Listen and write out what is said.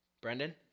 Brendan